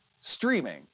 streaming